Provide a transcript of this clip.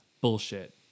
Bullshit